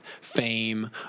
fame